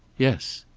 yes.